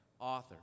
author